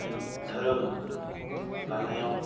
जे धोरोम लानायाव